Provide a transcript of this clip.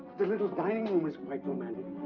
the little dining room is quite romantic.